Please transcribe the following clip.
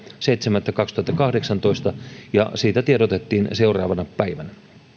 seitsemättä kaksituhattakahdeksantoista ja siitä tiedotettiin seuraavana päivänä